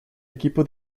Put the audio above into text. equipo